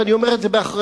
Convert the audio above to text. ואני אומר את זה באחריות,